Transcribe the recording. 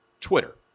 Twitter